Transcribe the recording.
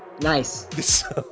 nice